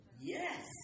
Yes